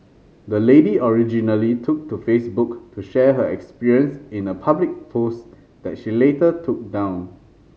the lady originally took to Facebook to share her experience in a public post that she later took down